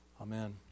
amen